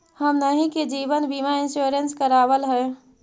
हमनहि के जिवन बिमा इंश्योरेंस करावल है?